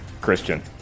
Christian